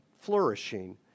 flourishing